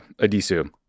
Adisu